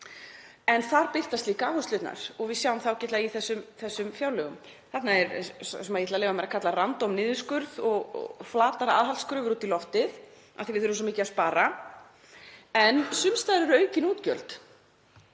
En þar birtast líka áherslurnar og við sjáum það ágætlega í þessum fjárlögum. Þarna er það sem ég ætla að leyfa mér að kalla „random“ niðurskurð og flatar aðhaldskröfur út í loftið, af því við þurfum svo mikið að spara en sums staðar eru aukin útgjöld